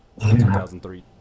2003